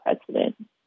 president